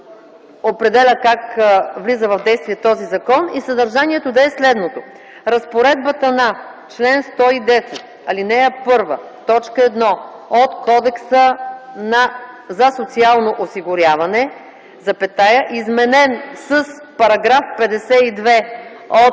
определя как влиза в действие този закон, и съдържанието да е следното: „Разпоредбата на чл. 110, ал. 1, т. 1 от Кодекса за социално осигуряване, изменен с § 52 от